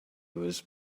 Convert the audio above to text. was